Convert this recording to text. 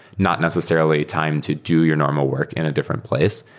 not necessarily time to do your normal work in a different place.